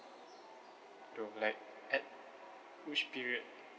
though like at which period